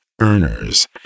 earners